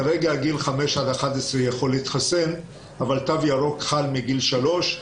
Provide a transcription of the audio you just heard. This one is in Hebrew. כרגע ילדים בגיל 5 עד 11 יכולים להתחסן אבל תו ירוק חל מגיל שלוש.